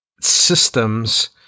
systems